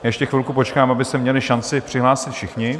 Ještě chvilku počkám, aby se měli šanci přihlásit všichni.